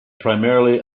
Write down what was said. primarily